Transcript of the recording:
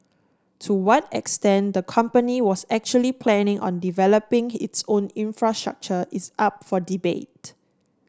to what extent the company was actually planning on developing its own infrastructure is up for debate